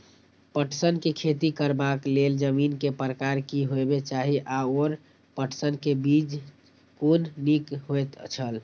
पटसन के खेती करबाक लेल जमीन के प्रकार की होबेय चाही आओर पटसन के बीज कुन निक होऐत छल?